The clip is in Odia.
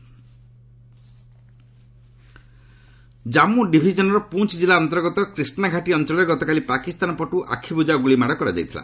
ସିଜ୍ ଫାୟାର୍ ଜାମ୍ମୁ ଡିଭିଜନର ପୁଞ୍ଚ ୍ଜିଲ୍ଲା ଅନ୍ତର୍ଗତ କ୍ରୀଷ୍ଣାଘାଟୀ ଅଞ୍ଚଳରେ ଗତକାଲି ପାକିସ୍ତାନ ପଟୁ ଆଖିବୁଜା ଗୁଳି ମାଡ଼ କରାଯାଇଥିଲା